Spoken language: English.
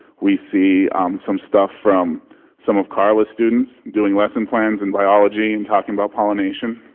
we see some stuff from some of carla's students doing lesson plans in biology and talking about pollination.